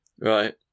right